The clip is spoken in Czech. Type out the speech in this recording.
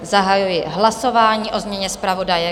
Zahajuji hlasování o změně zpravodaje.